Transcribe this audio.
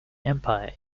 empire